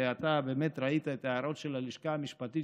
ואתה באמת ראית את ההערות של הלשכה המשפטית,